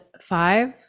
five